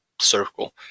circle